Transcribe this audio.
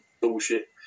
bullshit